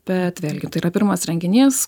bet vėlgi tai yra pirmas renginys